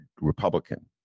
Republican